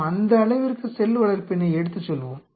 நாம் அந்த அளவிற்கு செல் வளர்ப்பினை எடுத்துச் செல்வோம்